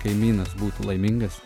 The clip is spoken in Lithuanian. kaimynas būtų laimingas